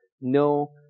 No